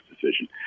decision